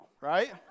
right